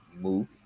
move